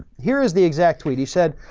here's the exact tweet. he said,